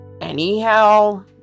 anyhow